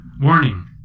Warning